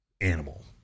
animal